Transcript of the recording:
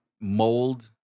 mold